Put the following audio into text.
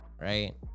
Right